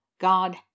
God